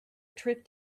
trip